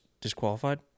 disqualified